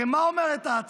הרי מה אומרת ההצעה?